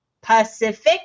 Pacific